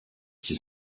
qui